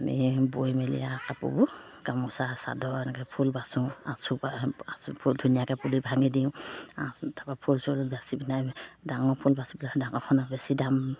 আমি বৈ মেলি আৰ কাপোৰবোৰ গামোচা চাদৰ এনেকৈ ফুল বাচোঁ আচু আচু ফুল ধুনীয়াকৈ পুলি ভাঙি দিওঁ আঁ তাপা ফুল চুল বাচি পিনে ডাঙৰ ফুল বাচি পেলাই ডাঙৰখনত বেছি দাম